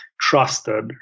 trusted